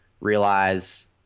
realize